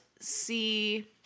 see